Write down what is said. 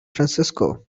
francisco